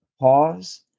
pause